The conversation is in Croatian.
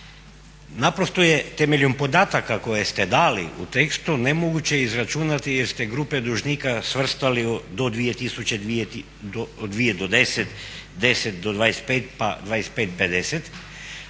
naprosto je temeljem podataka koje ste dali u tekstu nemoguće izračunati jer ste grupe dužnika svrstali od 2 do 10, 10